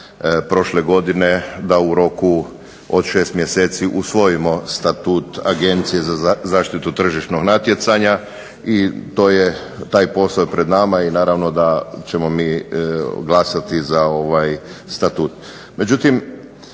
prošle godine, da u roku od šest mjeseci usvojimo Statut Agencije za zaštitu tržišnog natjecanja i taj posao je pred nama i naravno da ćemo mi glasati za ovaj statut.